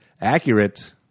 Accurate